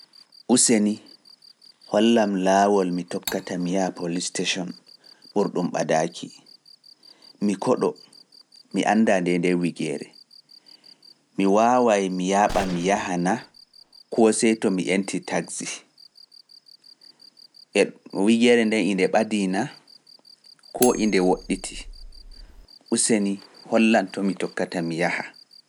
Useni hollam laawol mi tokkata mi yaa Polis station ɓurɗum ɓadaaki, mi koɗo, mi anndaa ndee nden wigeere, mi waaway mi yaaɓa mi yaha naa koo see to mi enti taxi. wigeere nden e nde ɓadii naa koo e nde woɗɗiti, Useni hollam to mi tokkata mi yaha.